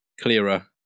clearer